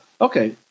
okay